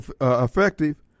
effective